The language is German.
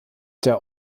der